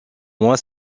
moi